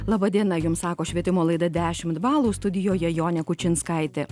laba diena jums sako švietimo laida dešimt balų studijoje jonė kučinskaitė